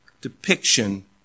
depiction